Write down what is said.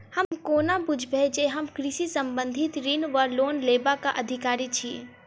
हम कोना बुझबै जे हम कृषि संबंधित ऋण वा लोन लेबाक अधिकारी छी?